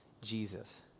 Jesus